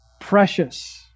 precious